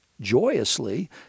joyously